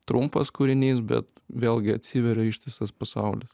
trumpas kūrinys bet vėlgi atsiveria ištisas pasaulis